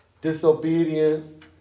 disobedient